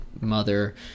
mother